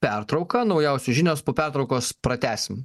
pertrauką naujausios žinios po pertraukos pratęsim